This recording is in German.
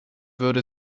würde